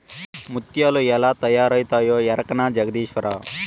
ముత్యాలు ఎలా తయారవుతాయో ఎరకనా జగదీశ్వరా